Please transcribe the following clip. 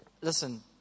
Listen